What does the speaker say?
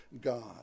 god